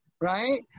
right